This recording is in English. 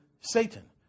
Satan